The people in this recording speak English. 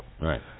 Right